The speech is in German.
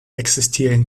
existieren